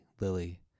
Lily